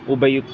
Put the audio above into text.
उभयम्